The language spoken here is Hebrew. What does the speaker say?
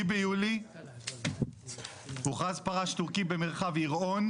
9 ביוני הוכרז פרש תורכי במרחב יראון,